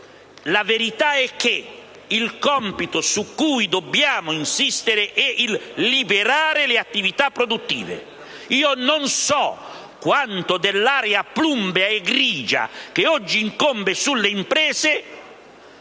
la verità è che il compito su cui dobbiamo insistere è di liberare le attività produttive. Non so quanto dell'area plumbea e grigia che oggi incombe sulle imprese